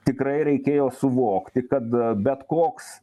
tikrai reikėjo suvokti kad bet koks